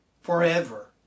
forever